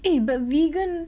eh but vegan